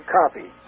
copy